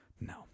No